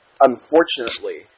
unfortunately